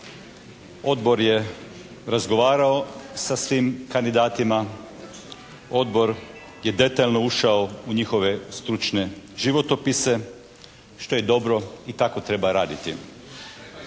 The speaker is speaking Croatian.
Odbor je razgovarao sa svim kandidatima. Odbor je detaljno ušao u njihove stručne životopise što je dobro i tako treba raditi.